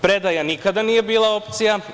Predaja nikada nije bila opcija.